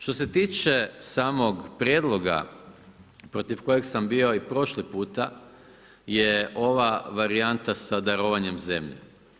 Što se tiče samog prijedloga protiv kojeg sam bio i prošli puta je ova varijanta sa darovanjem zemlje.